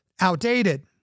outdated